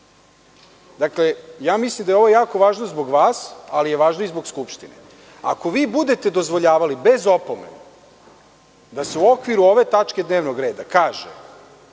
da govorre. Mislim da je ovo jako važno zbog vas, ali je jako važno i zbog Skupštine. Ako vi budete dozvoljavali bez opomene da se u okviru ove tačke dnevnog reda kaže